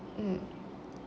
mm